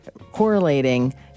correlating